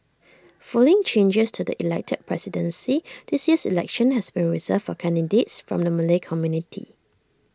following changes to the elected presidency this year's election has been reserved for candidates from the Malay community